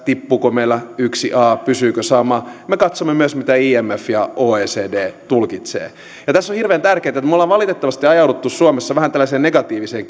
tippuuko meillä yksi a pysyykö sama me katsomme myös miten imf ja oecd tulkitsevat tässä on hirveän tärkeää nähdä että me olemme valitettavasti ajautuneet suomessa vähän tällaiseen negatiiviseen